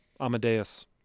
Amadeus